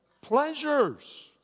Pleasures